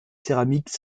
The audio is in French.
céramique